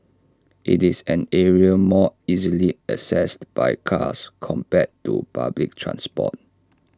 IT is an area more easily accessed by cars compared to public transport